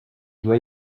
doit